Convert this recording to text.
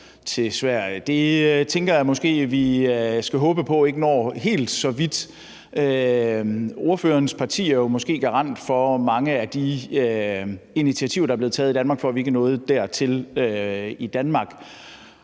Det tænker jeg måske at vi skal håbe på ikke når helt så vidt. Ordførerens parti er jo måske garant for mange af de initiativer, der er blevet taget, for, at vi ikke er nået dertil i Danmark.